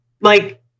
Like-